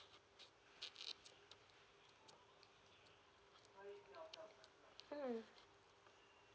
mm